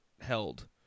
held